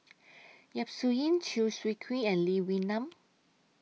Yap Su Yin Chew Swee Kee and Lee Wee Nam